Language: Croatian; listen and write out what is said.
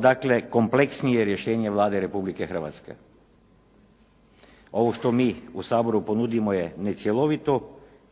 dakle kompleksnije rješenje Vlade Republike Hrvatske. Ovo što mi u Saboru ponudimo je necjelovito,